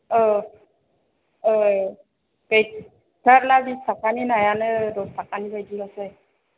औ औ गैथारला बिसथाखानि नायानो दस थाखानि बायदिल'सै